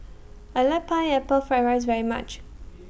I like Pineapple Fried Rice very much